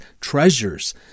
treasures